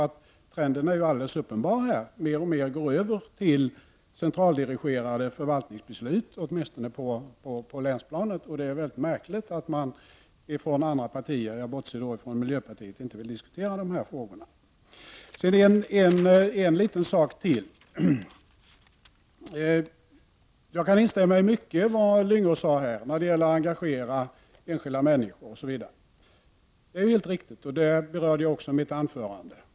Trenden är helt uppenbar. Mer och mer går över till centraldirigerade förvaltningsbeslut, åtminstone på länsplanet. Det är mycket märkligt att andra partier — jag bortser då från miljöpartiet — inte vill diskutera de här frågorna. En liten sak till vill jag ta upp. Jag kan instämma i mycket av det Gösta Lyngå sade beträffande att engagera enskilda människor. Det är helt riktigt, och det berörde jag också i mitt anförande.